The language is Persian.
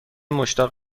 مشتاق